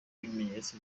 ibimenyetso